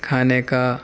کھانے کا